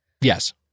Yes